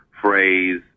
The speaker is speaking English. phrase